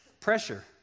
Pressure